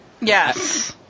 Yes